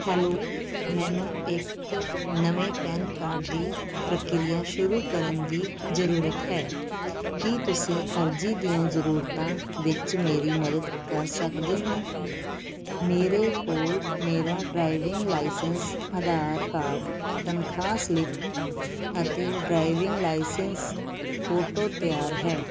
hello ਮੈਨੂੰ ਇੱਕ ਨਵੇਂ ਪੈਨ ਕਾਰਡ ਦੀ ਪ੍ਰਕਿਰਿਆ ਸ਼ੁਰੂ ਕਰਨ ਦੀ ਜ਼ਰੂਰਤ ਹੈ ਕੀ ਤੁਸੀਂ ਅਰਜ਼ੀ ਦੀਆਂ ਜ਼ਰੂਰਤਾਂ ਵਿੱਚ ਮੇਰੀ ਮਦਦ ਕਰ ਸਕਦੇ ਹੋ ਮੇਰੇ ਕੋਲ ਮੇਰਾ ਡਰਾਈਵਿੰਗ ਲਾਇਸੈਂਸ ਆਧਾਰ ਕਾਰਡ ਤਨਖਾਹ ਸਲਿੱਪ ਅਤੇ ਡਰਾਈਵਿੰਗ ਲਾਇਸੈਂਸ ਫੋਟੋ ਤਿਆਰ ਹੈ